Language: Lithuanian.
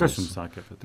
kas jum sakė apie tai